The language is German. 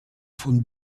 von